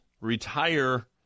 retire